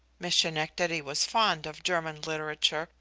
miss schenectady was fond of german literature,